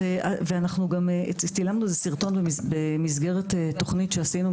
ואנחנו גם צילמנו סרטון במסגרת תוכנית שעשינו,